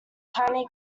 tiny